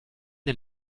den